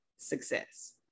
success